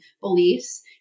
beliefs